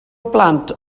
blant